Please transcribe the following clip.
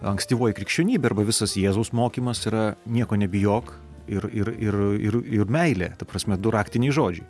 ankstyvoji krikščionybė arba visas jėzaus mokymas yra nieko nebijok ir ir ir ir ir meilė ta prasme du raktiniai žodžiai